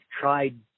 tried